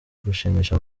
gushimisha